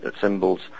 symbols